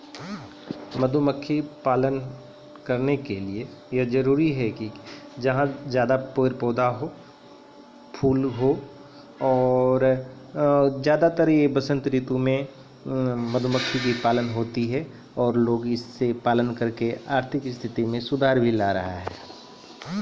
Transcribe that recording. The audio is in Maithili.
मधुमक्खी पालन वास्तॅ एहनो जगह के जरूरत होय छै जहाँ खूब पेड़, पौधा, फूल आदि रहै